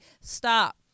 stop